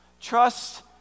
Trust